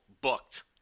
booked